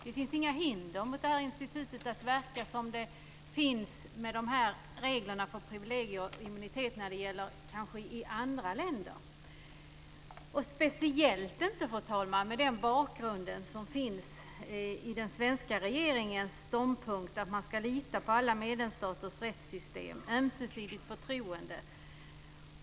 Det finns inga hinder för detta institut att verka, som det kan finnas i andra länder med sådana här regler för privilegier och immunitet - speciellt inte, fru talman, mot den bakgrund som finns i den svenska regeringens ståndpunkt: Man ska lita på alla medlemsstaters rättssystem och ha ömsesidigt förtroende.